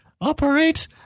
operate